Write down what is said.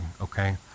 okay